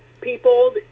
people